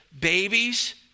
babies